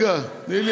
רגע, תני לי,